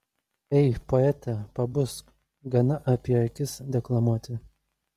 ei poete pabusk gana apie akis deklamuoti